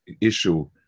issue